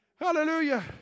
Hallelujah